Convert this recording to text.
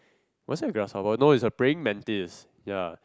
was it a grasshopper no is a praying mantis ya